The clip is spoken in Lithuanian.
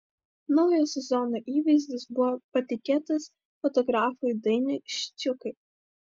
naujo sezono įvaizdis buvo patikėtas fotografui dainiui ščiukai